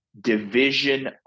division